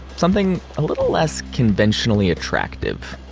something a little less conventionally attractive.